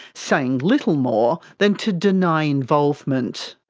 saying little more than to deny involvement.